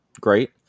great